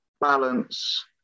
balance